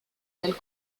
del